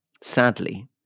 sadly